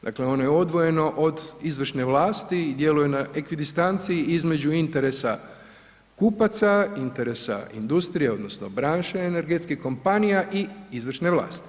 Dakle, ono je odvojeno od izvršne vlasti i djeluje na ekvidistanci između interesa kupaca, interesa industrije odnosno branše energetskih kompanija i izvršne vlasti.